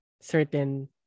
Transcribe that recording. certain